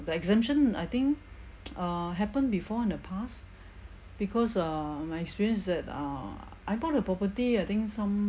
the exemption I think uh happened before in the past because err my experience is that err I bought a property I think some